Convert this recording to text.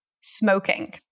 Smoking